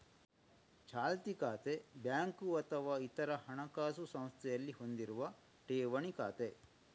ಚಾಲ್ತಿ ಖಾತೆ ಬ್ಯಾಂಕು ಅಥವಾ ಇತರ ಹಣಕಾಸು ಸಂಸ್ಥೆಯಲ್ಲಿ ಹೊಂದಿರುವ ಠೇವಣಿ ಖಾತೆ